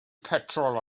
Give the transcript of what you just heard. petrol